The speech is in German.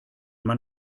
man